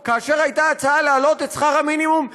אלא כאשר הייתה הצעה להעלות את שכר המינימום ל-4,600.